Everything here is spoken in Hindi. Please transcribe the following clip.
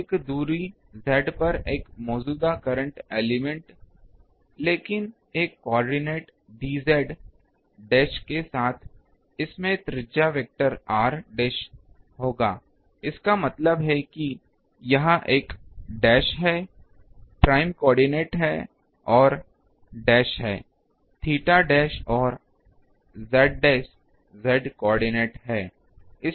इसी तरह एक दूरी z पर एक मौजूदा करंट एलिमेंट लेकिन एक कोआर्डिनेट dz डैश के साथ इसमें त्रिज्या वेक्टर r डैश होगा इसका मतलब है कि यह एक डैश है या प्राइम कोऑर्डिनेट हैं आर डैश है theta डैश और z डैश z कोऑर्डिनेट है